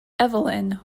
evelyn